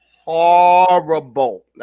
horrible